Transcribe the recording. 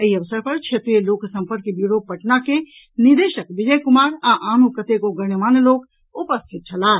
एहि अवसर पर क्षेत्रीय लोक संपर्क व्यूरो पटना के निदेशक विजय कुमार आ आनो कतेको गणमान्य लोक उपस्थित छलाह